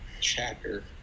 chapter